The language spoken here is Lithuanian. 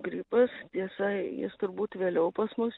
gripas tiesa jis turbūt vėliau pas mus